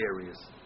areas